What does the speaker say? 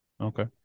Okay